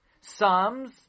Psalms